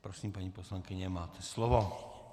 Prosím, paní poslankyně, máte slovo.